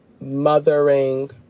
mothering